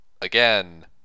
Again